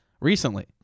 recently